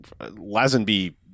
Lazenby